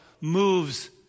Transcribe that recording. moves